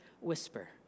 whisper